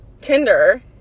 tinder